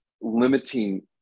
limiting